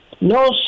no